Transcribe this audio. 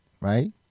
right